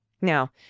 Now